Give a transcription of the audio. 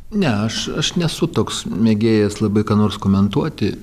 ne aš aš nesu toks mėgėjas labai ką nors komentuoti